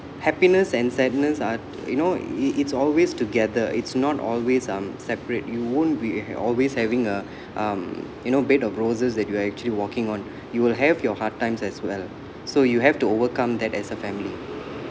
happiness and sadness are you know it's always together it's not always um separate you won't be always having a um you know bed of roses that you are actually walking on you will have your hard times as well so you have to overcome that as a